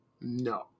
No